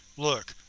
look,